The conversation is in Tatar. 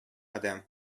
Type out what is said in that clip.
адәм